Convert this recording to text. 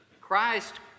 Christ